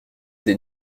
des